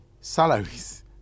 salaries